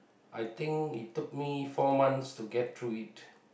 I think it took me four months to get through it